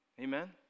Amen